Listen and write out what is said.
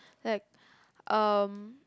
like um